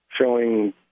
showing